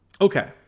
Okay